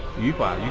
yoruba